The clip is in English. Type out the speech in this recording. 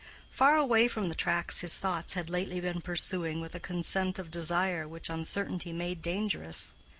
far away from the tracks his thoughts had lately been pursuing with a consent of desire which uncertainty made dangerous.